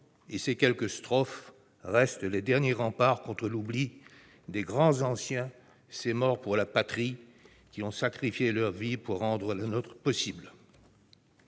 et ces quelques vers restent les derniers remparts contre l'oubli des « grands anciens », ces morts pour la patrie qui ont sacrifié leur vie pour rendre la nôtre possible.